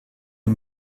aux